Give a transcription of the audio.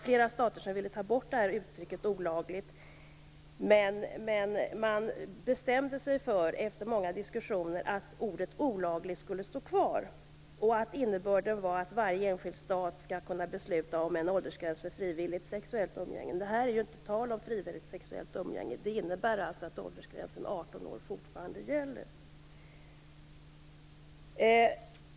Flera stater ville ta bort uttrycket, men man bestämde sig efter många diskussioner för att "olaglig" skulle stå kvar och att innebörden var att varje enskild stat skall kunna besluta om en åldersgräns för frivilligt sexuellt umgänge. Här är det ju inte tal om frivilligt sexuellt umgänge, och det innebär att åldersgränsen 18 år fortfarande gäller.